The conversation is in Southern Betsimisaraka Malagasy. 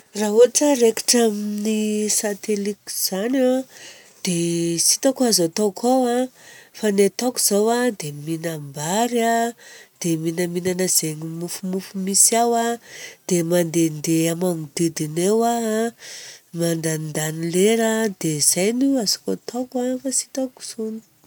Raha ohatra raikitra amin'ny satelita izany an dia tsitako azo ataoko an fa ny ataoko izao a, dia mihim-bary a, dia minaminagna zegny mofomofo misy a, dia mandehandeha magnodidigna eo aho a. Mandanindany lera. Dia izay ny azoko ataoko a fa tsitako intsony.